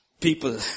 people